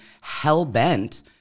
hell-bent